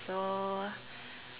so